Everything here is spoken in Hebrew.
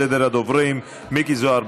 סדר הדוברים: מיקי זוהר,